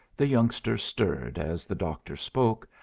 the youngster stirred as the doctor spoke,